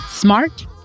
Smart